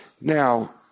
now